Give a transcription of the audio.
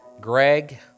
Greg